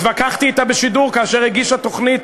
התווכחתי אתה בשידור כאשר הגישה תוכנית,